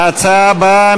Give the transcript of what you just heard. ההצעה הבאה,